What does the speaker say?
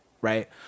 right